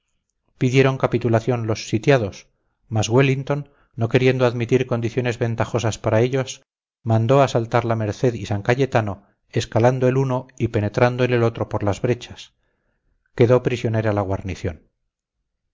pidieron capitulación los sitiados mas wellington no queriendo admitir condiciones ventajosas para ellos mandó asaltar la merced y san cayetano escalando el uno y penetrando en el otro por las brechas quedó prisionera la guarnición